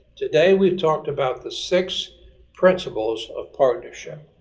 today, we talked about the six principles of partnership.